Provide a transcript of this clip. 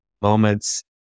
moments